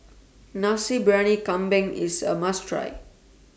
Nasi Briyani Kambing IS A must Try